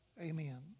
amen